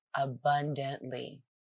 abundantly